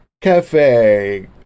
Cafe